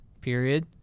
period